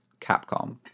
Capcom